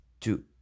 Two